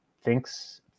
thinks